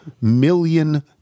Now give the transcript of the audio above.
million